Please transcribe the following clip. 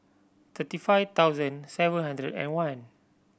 thirty five thousand seven hundred and one